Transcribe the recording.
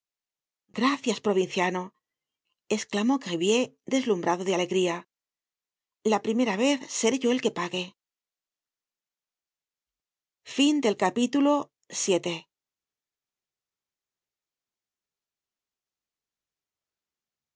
gracias provinciano esclamó gribier deslumbrado de alegría la primera vez seré yo el que pague